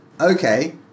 Okay